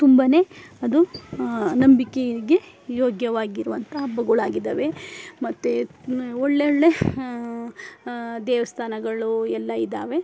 ತುಂಬನೇ ಅದು ನಂಬಿಕೆಗೆ ಯೋಗ್ಯವಾಗಿರುವಂತಹ ಹಬ್ಬಗಳಾಗಿದ್ದಾವೆ ಮತ್ತೆ ಒಳ್ಳೊಳ್ಳೆ ದೇವಸ್ಥಾನಗಳು ಎಲ್ಲ ಇದಾವೆ